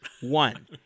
One